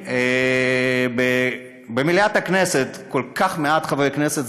נמצאים במליאת הכנסת כל כך מעט חברי כנסת,